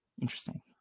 Interesting